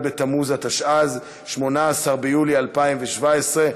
התשע"ז 2017,